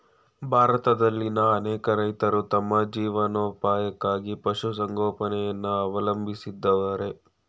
ಭಾರತದಲ್ಲಿನ್ ಅನೇಕ ರೈತ್ರು ತಮ್ ಜೀವನೋಪಾಯಕ್ಕಾಗಿ ಪಶುಸಂಗೋಪನೆಯನ್ನ ಅವಲಂಬಿಸವ್ರೆ